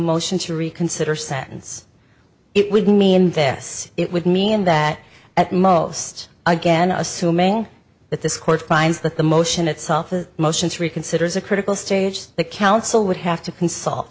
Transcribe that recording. motion to reconsider sentence it would mean this would mean that at most again assuming that this court finds that the motion itself the motion to reconsider is a critical stage the council would have to consult